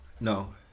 No